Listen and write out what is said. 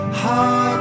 heart